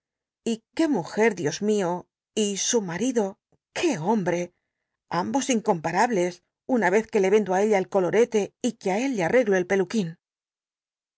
y qué mujer dios mio y su marido qué hombre ambos incomp rables una vez que le cndo á ella el colorete y que i él le arreglo el peluquín